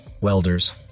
welders